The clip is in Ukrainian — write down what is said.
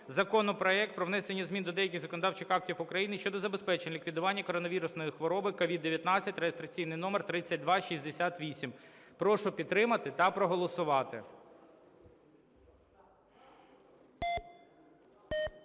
законопроект про внесення змін до деяких законодавчих актів України щодо забезпечення лікування коронавірусної хвороби (COVID-19) (реєстраційний номер 3268). Прошу підтримати та проголосувати.